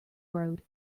road